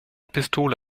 pistole